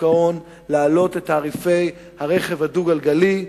ההון להעלות את תעריפי הביטוח לרכב הדו-גלגלי.